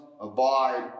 abide